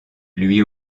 lui